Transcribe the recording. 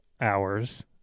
Hours